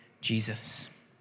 Jesus